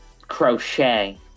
crochet